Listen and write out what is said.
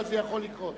אבל זה יכול לקרות,